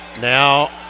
Now